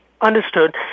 Understood